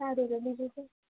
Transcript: સારું તો બીજું શું